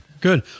good